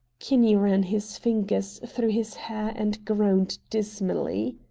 kinney ran his fingers through his hair and groaned dismally.